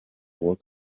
was